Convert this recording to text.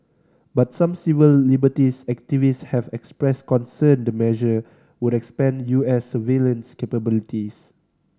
but some civil liberties activists have expressed concern the measure would expand U S surveillance capabilities